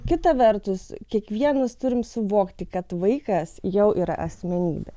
kita vertus kiekvienas turim suvokti kad vaikas jau yra asmenybė